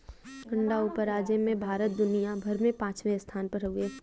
अंडा उपराजे में भारत दुनिया भर में पचवां स्थान पर हउवे